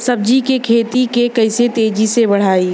सब्जी के खेती के कइसे तेजी से बढ़ाई?